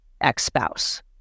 ex-spouse